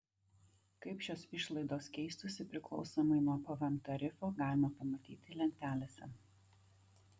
kaip šios išlaidos keistųsi priklausomai nuo pvm tarifo galima pamatyti lentelėse